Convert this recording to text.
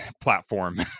platform